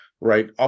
right